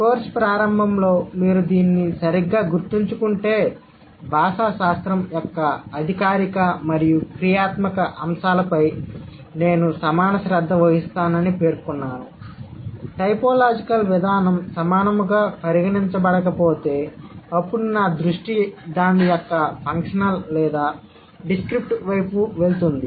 course ప్రారంభంలో మీరు దీన్ని సరిగ్గా గుర్తుంచుకుంటే భాషాశాస్త్రం యొక్క అధికారిక మరియు క్రియాత్మక అంశాలపై నేను సమాన శ్రద్ధ వహిస్తానని పేర్కొన్నాను టైపోలాజికల్ విధానం సమానంముగా పరిగణించబడకపోతే అప్పుడు నా దృష్టి దాని యొక్క ఫంక్షనల్ లేదా డిస్క్రిప్టివ్ వైపు వెళ్తుంది